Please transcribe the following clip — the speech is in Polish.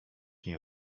nie